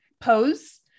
pose